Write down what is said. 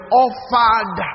offered